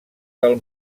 del